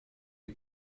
die